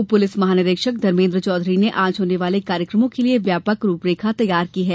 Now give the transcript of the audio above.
उप पुलिस महानिरीक्षक धर्मेन्द्र चौधरी ने आज होने वाले कार्यक्रमों के लिये व्यापक रूपरेखा तैयार की है